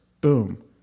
Boom